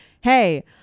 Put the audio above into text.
Hey